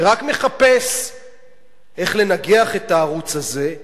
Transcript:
שרק מחפש איך לנגח את הערוץ הזה,